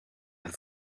have